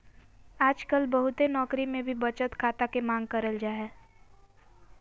आजकल बहुते नौकरी मे भी बचत खाता के मांग करल जा हय